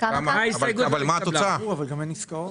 הצבעה ההסתייגות לא נתקבלה ההסתייגות לא